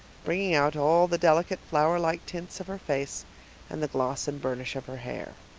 bringing out all the delicate, flower-like tints of her face and the gloss and burnish of her hair.